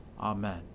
Amen